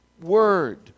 word